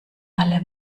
alle